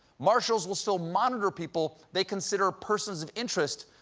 marshals will still monitor people they consider persons of interest,